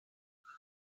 als